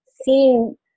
seen